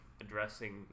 addressing